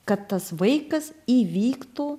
kad tas vaikas įvyktų